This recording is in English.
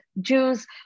Jews